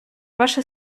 ваша